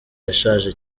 irashaje